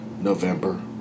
November